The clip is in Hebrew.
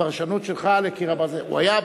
הפרשנות שלך ל"קיר הברזל" הוא היה,